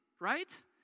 right